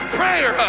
prayer